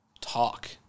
talk